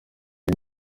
iyo